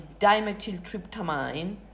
dimethyltryptamine